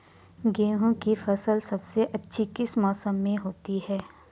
गेहूँ की फसल सबसे अच्छी किस मौसम में होती है